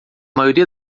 maioria